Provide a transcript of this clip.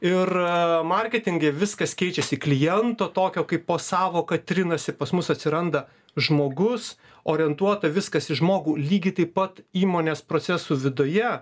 ir marketinge viskas keičiasi kliento tokio kaip po sąvoka trinasi pas mus atsiranda žmogus orientuota viskas į žmogų lygiai taip pat įmonės procesų viduje